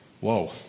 Whoa